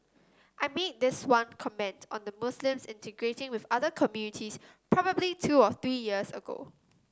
I made this one comment on the Muslims integrating with other communities probably two or three years ago